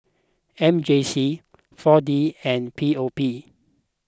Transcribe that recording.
M J C four D and P O P